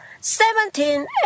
seventeen